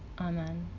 Amen